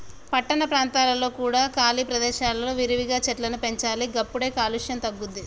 పట్టణ ప్రాంతాలలో కూడా ఖాళీ ప్రదేశాలలో విరివిగా చెట్లను పెంచాలి గప్పుడే కాలుష్యం తగ్గుద్ది